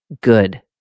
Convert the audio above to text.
good